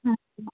ம்